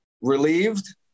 relieved